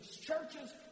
churches